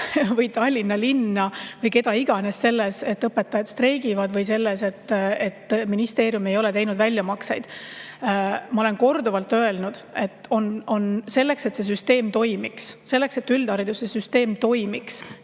või Tallinna linna või keda iganes selles, et õpetajad streigivad, või selles, et ministeerium ei ole teinud väljamakseid. Ma olen korduvalt öelnud: selleks, et süsteem toimiks, selleks, et üldharidussüsteem toimiks